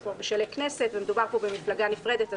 אנחנו כבר בשלהי כנסת ומדובר פה במפלגה נפרדת,